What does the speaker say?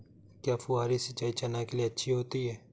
क्या फुहारी सिंचाई चना के लिए अच्छी होती है?